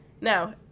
Now